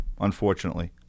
unfortunately